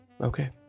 Okay